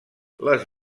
les